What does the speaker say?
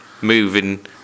moving